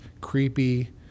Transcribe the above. creepy